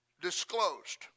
disclosed